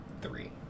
three